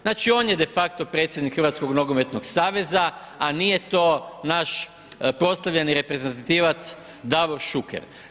Znači on je de facto predsjednik Hrvatskog nogometnog saveza, a nije to naš proslavljeni reprezentativac Davor Šuker.